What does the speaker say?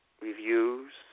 reviews